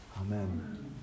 Amen